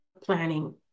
planning